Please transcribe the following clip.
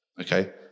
Okay